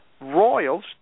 royals